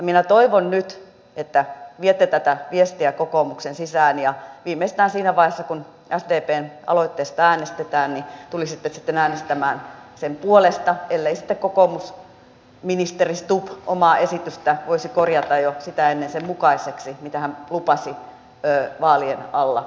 minä toivon nyt että viette tätä viestiä kokoomukseen sisään ja viimeistään siinä vaiheessa kun sdpn aloitteesta äänestetään tulisitte sitten äänestämään sen puolesta ellei sitten kokoomusministeri stubb omaa esitystään voisi korjata jo sitä ennen sen mukaiseksi mitä hän lupasi vaalien alla suomen eläkkeensaajaväestölle